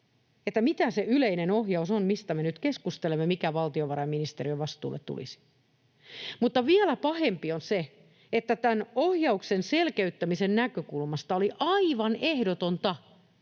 mitä se yleinen ohjaus on, mistä me nyt keskustelemme, mikä valtiovarainministeriön vastuulle tulisi. Mutta vielä pahempi on se, että tämän ohjauksen selkeyttämisen näkökulmasta oli aivan ehdotonta, että